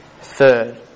Third